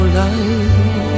life